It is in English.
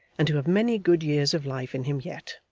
and to have many good years of life in him yet.